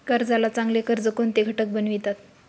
कर्जाला चांगले कर्ज कोणते घटक बनवितात?